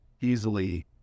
easily